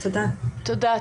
תודה.